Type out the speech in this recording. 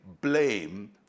blame